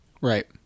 Right